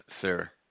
sir